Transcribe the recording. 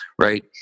right